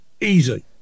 easy